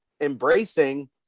embracing